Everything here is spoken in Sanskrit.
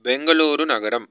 बेङ्गलुरुनगरं